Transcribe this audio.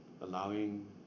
Allowing